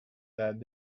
that